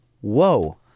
Whoa